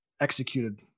executed